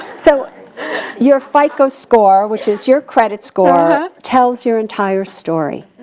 so your fico score, which is your credit score, tells your entire story.